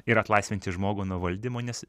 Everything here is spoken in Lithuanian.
ir atlaisvinti žmogų nuo valdymo nes